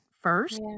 first